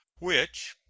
which,